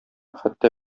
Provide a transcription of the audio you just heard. хәтта